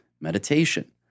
meditation